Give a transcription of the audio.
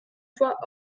fois